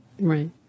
Right